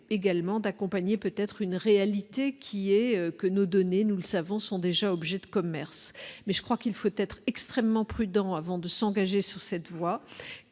également d'accompagner peut-être une réalité qui est que nos données, nous le savons, sont déjà obligés de commerce mais je crois qu'il faut être extrêmement prudent avant de s'engager sur cette voie,